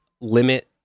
limit